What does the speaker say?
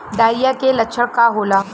Diarrhoea के लक्षण का होला?